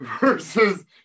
versus